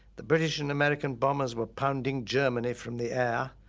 the british and american bombers were pounding germany from the air.